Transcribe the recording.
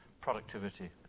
productivity